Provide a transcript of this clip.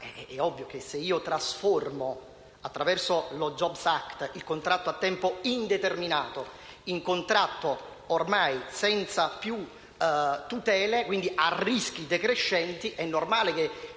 È ovvio che, se io trasformo, attraverso il *jobs act*, il contratto a tempo indeterminato in contratto ormai senza più tutele, a rischi decrescenti, lo stesso